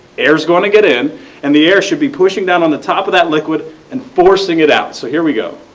air is going to get in and the air should be pushing down on the top of that liquid and forcing it out. so here we go.